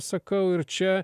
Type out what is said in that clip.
sakau ir čia